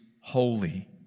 holy